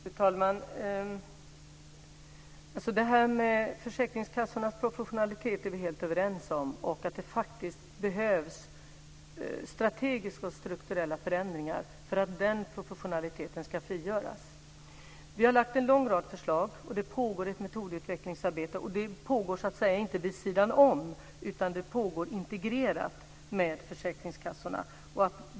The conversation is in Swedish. Fru talman! Detta med försäkringskassornas professionalitet är vi helt överens om och att det faktiskt behövs strategiska och strukturella förändringar för att professionaliteten ska frigöras. Vi har lagt fram en lång rad förslag, och det pågår ett metodutvecklingsarbete. Det pågår inte vid sidan om, utan det pågår integrerat med försäkringskassorna.